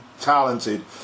talented